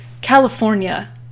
California